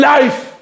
Life